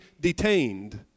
detained